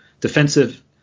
defensive